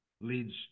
leads